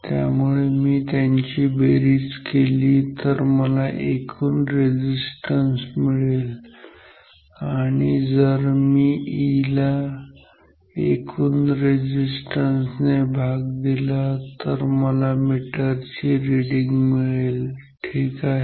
त्यामुळे जर मी त्यांची बेरीज केली तर मला एकूण रेझिस्टन्स मिळेल आणि जर मी E ला एकूण रेझिस्टन्स ने भाग दिला तर मला मीटरची रिडींग मिळेल ठीक आहे